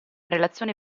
relazione